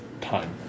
time